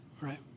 right